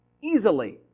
easily